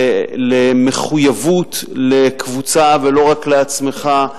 למחויבות לקבוצה ולא רק לעצמך,